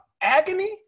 agony